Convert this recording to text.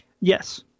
Yes